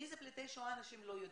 מי אלה פליטי השואה אנשים לא יודעים,